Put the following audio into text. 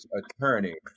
Attorney